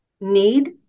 need